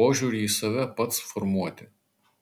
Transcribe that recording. požiūrį į save pats formuoti